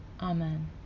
Amen